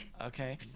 Okay